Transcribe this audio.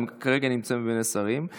הם כרגע נמצאים בנס הרים,